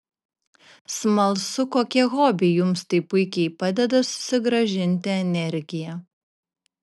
smalsu kokie hobiai jums taip puikiai padeda susigrąžinti energiją